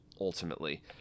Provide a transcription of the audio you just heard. ultimately